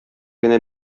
генә